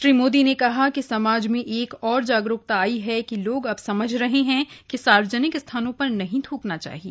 श्री मोदी ने कहा कि समाज में एक और जागरूकता यह आई है कि अब लोग समझ रहे हैं कि सार्वजनिक स्थानों पर नहीं थूकना चाहिए